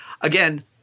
again –